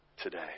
today